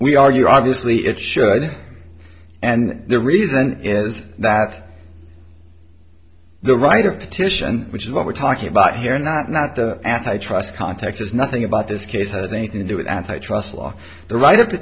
we argue obviously it should and the reason is that the right of petition which is what we're talking about here not not the antitrust context is nothing about this case has anything to do with antitrust law the right